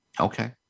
Okay